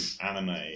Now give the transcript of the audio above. anime